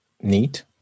neat